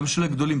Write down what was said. גם של הגדולים.